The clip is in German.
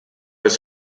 ist